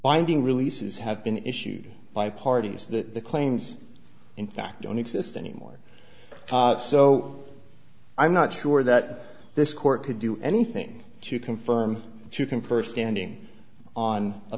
binding releases have been issued by parties that the claims in fact don't exist anymore so i'm not sure that this court could do anything to confirm to confer standing on a